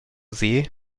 see